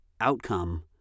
outcome